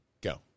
Go